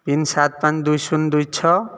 pin ସାତ ପାଞ୍ଚ ଦୁଇ ଶୂନ ଦୁଇ ଛଅ